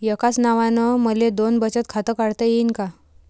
एकाच नावानं मले दोन बचत खातं काढता येईन का?